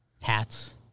Hats